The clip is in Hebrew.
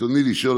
רצוני לשאול: